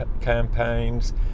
campaigns